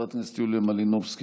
חברת הכנסת יוליה מלינובסקי,